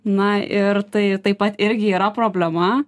na ir tai taip pat irgi yra problema